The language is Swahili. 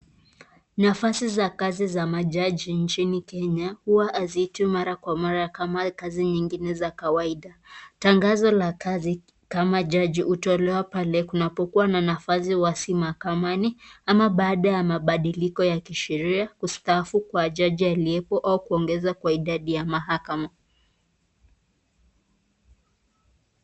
Nafasi za kazi za majaji nchini Kenya , Huwa haziitwi mara kwa mara kama kazi zingine za kawaida , tangazo la kazi kama jaji hutolewa pale kunapokuwa na nafasi wazi mahakamani ama baada ya mabadiliko ya kisheria kustaafu kwa jaji aliyepo kuongeza kwa idadi ya mahakama.